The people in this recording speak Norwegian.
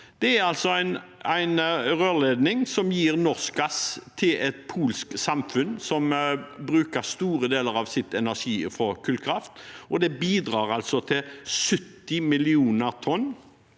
Det er en rørledning som gir norsk gass til et polsk samfunn som henter store deler av sin energi fra kullkraft. Det bidrar til 70 millioner tonn